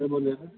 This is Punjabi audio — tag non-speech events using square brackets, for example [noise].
[unintelligible]